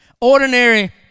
ordinary